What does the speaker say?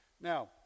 Now